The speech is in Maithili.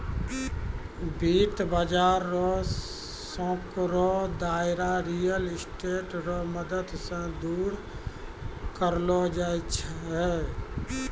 वित्त बाजार रो सांकड़ो दायरा रियल स्टेट रो मदद से दूर करलो जाय छै